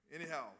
Anyhow